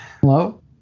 hello